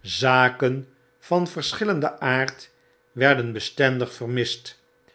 zaken van verschillenden aard werden bestendig vermist